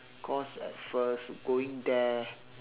cause at first going there